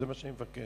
זה מה שאני מבקש.